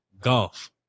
Golf